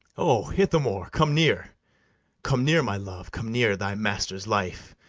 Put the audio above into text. o ithamore, come near come near, my love come near, thy master's life,